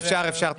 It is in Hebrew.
אפשר, אפשר.